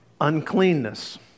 Uncleanness